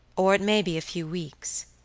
or it may be a few weeks.